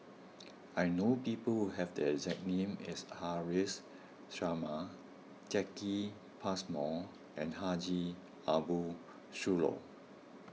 I know people who have the exact name as Haresh Sharma Jacki Passmore and Haji Ambo Sooloh